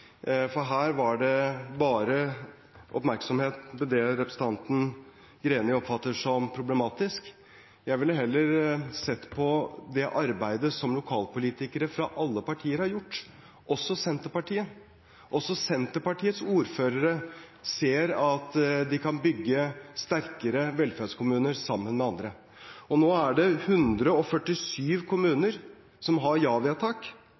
for her var det bare oppmerksomhet mot det som representanten Greni oppfatter som problematisk. Jeg ville heller sett på det arbeidet som lokalpolitikere fra alle partier har gjort, også Senterpartiet. Også Senterpartiets ordførere ser at de kan bygge sterkere velferdskommuner sammen med andre. Nå er det 147 kommuner som har